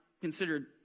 considered